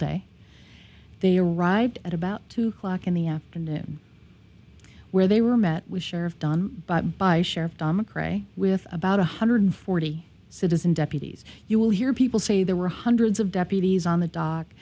day they arrived at about two o'clock in the afternoon where they were met with sheriff done by sheriff mcrae with about one hundred forty citizen deputies you will hear people say there were hundreds of deputies on the dock